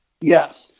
Yes